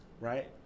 Right